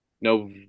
no